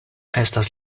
estas